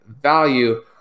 value